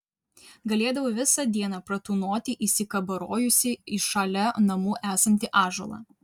galėdavau visą dieną pratūnoti įsikabarojusi į šalia namų esantį ąžuolą